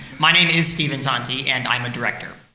my name is stephen tonti, and i'm a director,